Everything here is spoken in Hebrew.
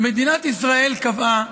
מדינת ישראל קבעה,